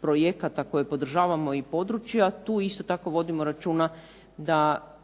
projekata koje podržavamo i područja, tu isto tako vodimo računa da